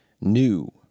new